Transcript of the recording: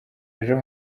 ejo